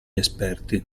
esperti